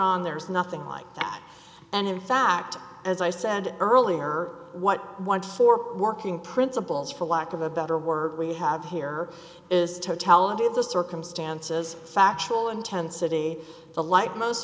on there's nothing like that and in fact as i said earlier what one for working principals for lack of a better word we have here is totality of the circumstances factual intensity the light most